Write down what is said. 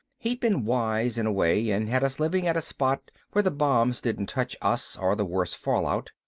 he'd been wise, in a way, and had us living at a spot where the bombs didn't touch us or the worst fallout.